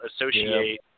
associate